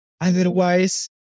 Otherwise